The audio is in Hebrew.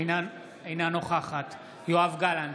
אינה נוכחת יואב גלנט,